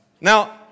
Now